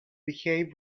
behave